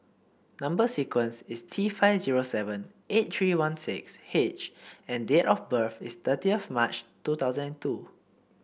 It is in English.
number sequence is T five zero seven eight three one six H and date of birth is thirtieth March two thousand and two